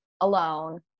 alone